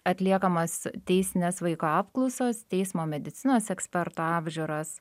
atliekamos teisinės vaiko apklausos teismo medicinos eksperto apžiūros